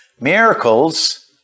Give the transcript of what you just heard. Miracles